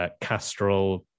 Castrol